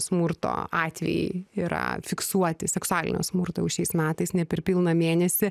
smurto atvejai yra fiksuoti seksualinio smurto šiais metais ne per pilną mėnesį